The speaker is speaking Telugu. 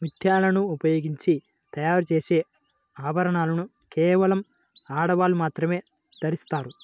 ముత్యాలను ఉపయోగించి తయారు చేసే ఆభరణాలను కేవలం ఆడవాళ్ళు మాత్రమే ధరిస్తారు